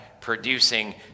producing